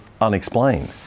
unexplained